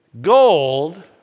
gold